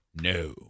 No